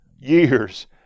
years